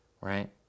right